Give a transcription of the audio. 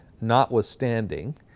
notwithstanding